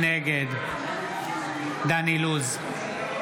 נגד דן אילוז,